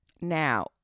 Now